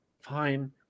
Fine